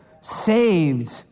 saved